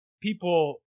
people